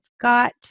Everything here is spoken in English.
got